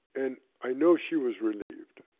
and i know she was relieved.